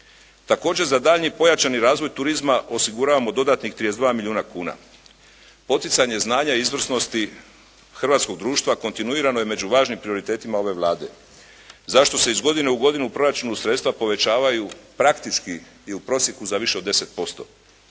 Također za daljnji pojačani razvoj turizma osiguravamo dodatnih 32 milijuna kuna. Poticanje znanja izvrsnosti hrvatskoga društva, kontinuirano je među važnim prioritetima ove Vlade. Zašto se iz godine u godinu u proračunu sredstva povećavaju praktički i u prosjeku za više od 10%